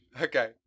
Okay